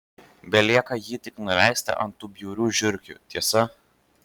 belieka jį tik nuleisti ant tų bjaurių žiurkių tiesa